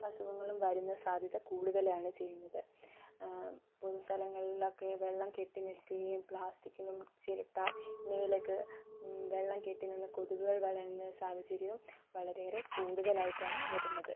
അസുഖങ്ങളും വരുന്ന സാധ്യത കൂടുതലാണ് ചെയ്യുന്നത് പൊതുസ്ഥലങ്ങളിലൊക്കെ വെള്ളം കെട്ടിനിൽക്കുകയും പ്ലാസ്റ്റിക്കിലും ചിരട്ട എന്നിവയിലൊക്കെ വെള്ളം കെട്ടിനിന്ന് കൊതുകുകൾ വളരുന്ന സാഹചര്യവും വളരെയേറെ കൂടുതലായിട്ടാണ് വരുന്നത്